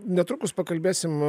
netrukus pakalbėsim